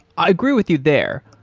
i agree with you there.